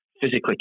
physically